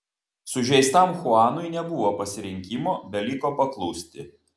sužeistam chuanui nebuvo pasirinkimo beliko paklusti